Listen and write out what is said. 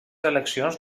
eleccions